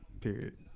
Period